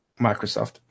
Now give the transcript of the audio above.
Microsoft